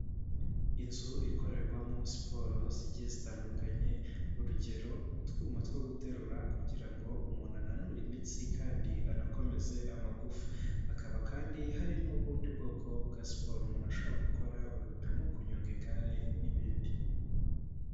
Inzu ikorerwamo siporo zigiye zitandukanye urugero utwuma two guterura kugira ngo umuntu ananura imitsi kandi anakomeze amagufa hakaba kandi hari n'ubundi bwoko bwa siporo umuntu ashobora gukora urugero nko kunyonga igare n'ibindi.